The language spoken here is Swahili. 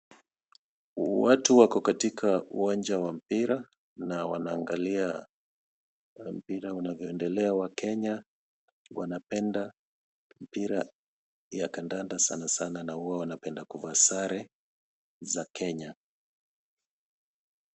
Watu wako katika uwanja wa mpira na wanaangalia mpira unavyoendelea ,wakenya wanapenda mpira ya kandanda sanasana na uwa wanapenda kuvaa sare za Kenya.